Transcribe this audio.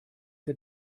der